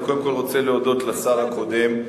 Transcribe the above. אני קודם כול רוצה להודות לשר הקודם,